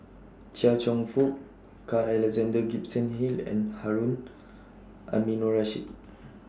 Chia Cheong Fook Carl Alexander Gibson Hill and Harun Aminurrashid